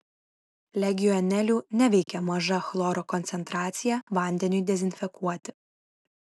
legionelių neveikia maža chloro koncentracija vandeniui dezinfekuoti